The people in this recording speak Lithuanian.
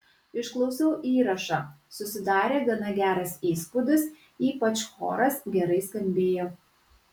išklausiau įrašą susidarė gana geras įspūdis ypač choras gerai skambėjo